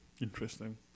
interesting